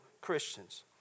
Christians